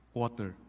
water